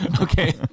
Okay